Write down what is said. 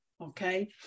okay